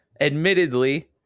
admittedly